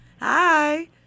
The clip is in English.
Hi